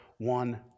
one